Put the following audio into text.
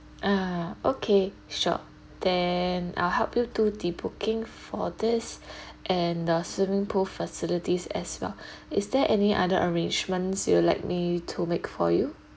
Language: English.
ah okay sure then I'll help you do the booking for this and the swimming pool facilities as well is there any other arrangements you'd like me to make for you